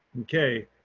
okay,